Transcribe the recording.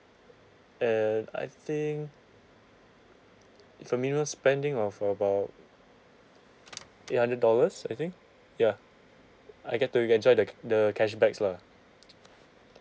and I think with a minimum spending of about eight hundred dollars I think ya I get to enjoy the the cashbacks lah